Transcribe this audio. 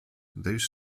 these